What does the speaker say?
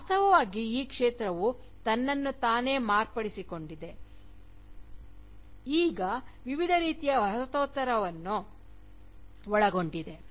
ವಾಸ್ತವವಾಗಿ ಈ ಕ್ಷೇತ್ರವು ತನ್ನನ್ನು ತಾನೇ ಮಾರ್ಪಡಿಸಿಕೊಂಡಿದೆ ಈಗ ವಿವಿಧ ರೀತಿಯ ವಸಾಹತೋತ್ತರವನ್ನು ಒಳಗೊಂಡಿದೆ